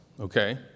okay